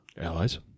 Allies